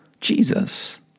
Jesus